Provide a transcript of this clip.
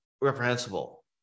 reprehensible